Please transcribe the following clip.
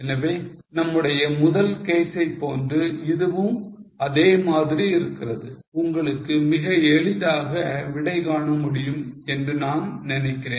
எனவே நம்முடைய முதல் case ஐ போன்று இதுவும் அதே மாதிரி இருக்கிறது உங்களுக்கு மிக எளிதாக விடை காண முடியும் என்று நான் நினைக்கிறேன்